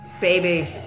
baby